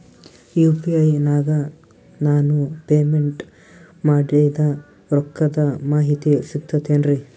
UPI ನಾಗ ನಾನು payment ಮಾಡಿದ ರೊಕ್ಕದ ಮಾಹಿತಿ ಸಿಕ್ತಾತೇನ್ರೀ?